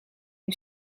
een